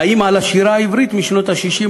האם על השירה העברית משנות ה-60,